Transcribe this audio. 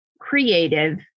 creative